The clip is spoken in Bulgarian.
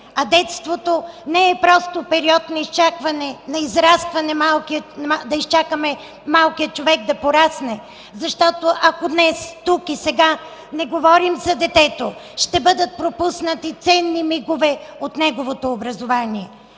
а детството не е просто период на изчакване, да изчакаме малкия човек да порасне, защото, ако днес, тук и сега, не говорим за детето, ще бъдат пропуснати ценни мигове от неговото образование.